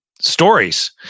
Stories